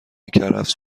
کرفس